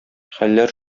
хәлләр